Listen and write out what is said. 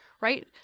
right